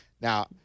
Now